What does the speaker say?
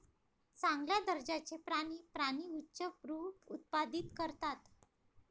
चांगल्या दर्जाचे प्राणी प्राणी उच्चभ्रू उत्पादित करतात